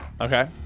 Okay